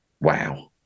Wow